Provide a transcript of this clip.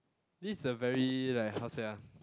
this is a very like how to say ah